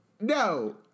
No